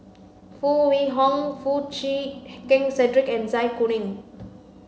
Foo Wee Horng Foo Chee Keng Cedric and Zai Kuning